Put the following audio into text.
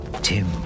Tim